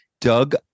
Doug